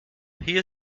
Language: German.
hier